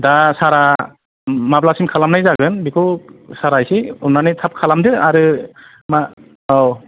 दा सारआ माब्लासिम खालामनाय जागोन बेखौ सारआ एसे अन्नानै थाब खालामदो आरो मा औ